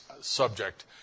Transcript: subject